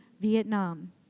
Vietnam